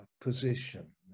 position